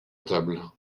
table